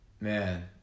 Man